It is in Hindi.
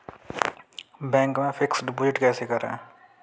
बैंक में फिक्स डिपाजिट कैसे करें?